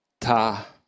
Ta